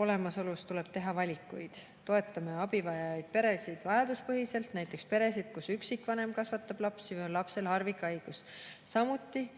olemasolus tuleb teha valikuid. Toetame abivajavaid peresid vajaduspõhiselt, näiteks peresid, kus üksikvanem kasvatab lapsi või kui lapsel on harvikhaigus. Samuti